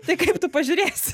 tai kaip tu pažiūrėsi